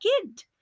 kid